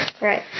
Right